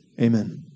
Amen